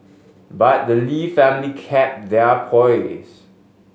but the Lee family kept their poise